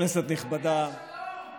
כנסת נכבדה הביאה שלום,